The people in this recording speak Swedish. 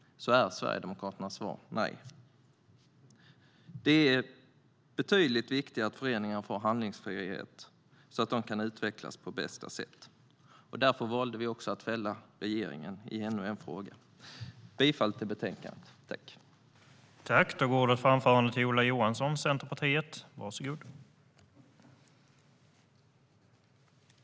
är Sverigedemokraternas svar nej. Det är mycket viktigare att föreningar får handlingsfrihet, så att de kan utvecklas på bästa sätt. Därför valde vi att fälla regeringen i ännu en fråga. Jag yrkar bifall till utskottets förslag.